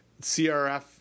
CRF